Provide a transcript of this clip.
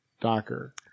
Docker